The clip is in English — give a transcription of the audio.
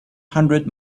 hundred